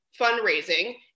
fundraising